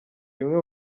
bimwe